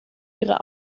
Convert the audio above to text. ihre